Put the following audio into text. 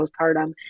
postpartum